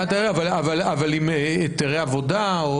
אבל עם היתרי עבודה.